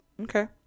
Okay